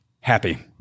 Happy